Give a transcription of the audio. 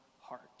heart